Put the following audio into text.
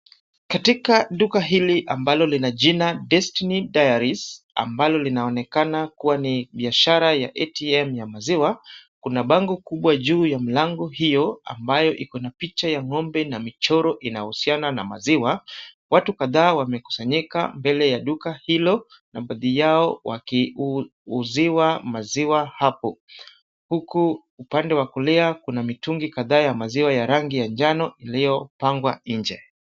Katika duka hili ambalo lina jina destiny dairies ambalo linaonekana kuwa ni biashara ya ATM ya maziwa kuna bango kubwa juu ya mlango Io ambayo Iko na picha ya ng'ombe na michoro inahusiana na maziwa watu kadhaa wamekusanyika mbele ya duka hilo na baadhi yao wanauziwa maziwa hapo huku upande wa kulia kuna mtungi kadhaa ya rangi ya njano uliopangwa nje.